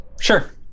Sure